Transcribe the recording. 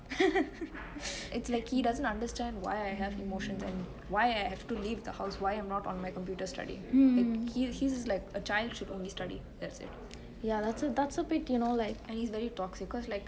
it's like he doesn't understand why I have emotions and why I have to leave the house why I'm not on my computer studying he's is like a child should only study that's it and he's very toxic cause like